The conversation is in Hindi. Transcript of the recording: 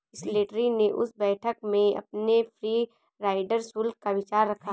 स्लैटरी ने उस बैठक में अपने फ्री राइडर शुल्क का विचार रखा